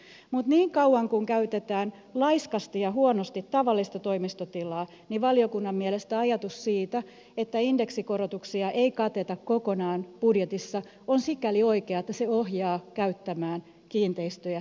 mutta niin kauan kun käytetään laiskasti ja huonosti tavallista toimistotilaa valiokunnan mielestä ajatus siitä että indeksikorotuksia ei kateta kokonaan budjetissa on sikäli oikea että se ohjaa käyttämään kiinteistöjä tehokkaasti ja oikein